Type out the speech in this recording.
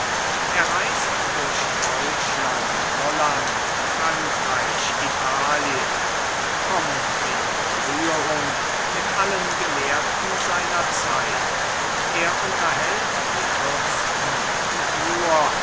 er reist durch deutschland holland frankreich italien kommt in berührung mit allen gelehrten seiner zeit er unterhält die fürsten und nur